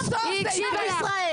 אבל היא הקשיבה לך.